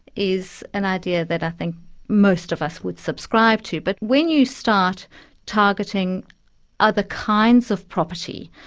is an idea that i think most of us would subscribe to. but when you start targeting other kinds of property,